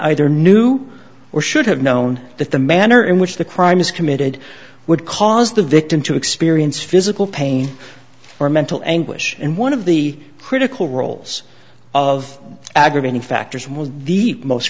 either knew or should have known that the manner in which the crime was committed would cause the victim to experience physical pain or mental anguish and one of the critical roles of aggravating factors was deep most